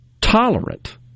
tolerant